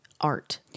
art